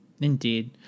indeed